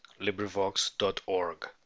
LibriVox.org